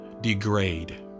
degrade